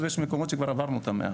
ויש מקומות שבהם כבר עברנו את ה-100%.